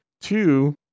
Two